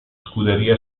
scuderia